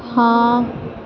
ہاں